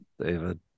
David